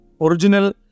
original